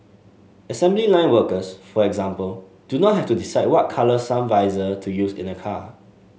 assembly line workers for example do not have to decide what colour sun visor to use in a car